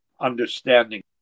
understanding